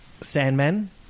Sandman